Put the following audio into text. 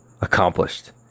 accomplished